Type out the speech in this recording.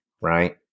right